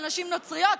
לנשים נוצריות?